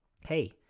Hey